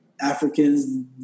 Africans